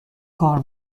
کار